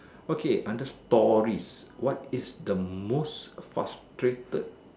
okay under stories what is the most frustrated